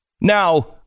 Now